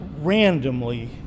randomly